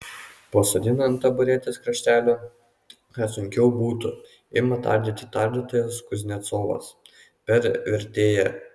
pasodina ant taburetės kraštelio kad sunkiau būtų ima tardyti tardytojas kuznecovas per vertėją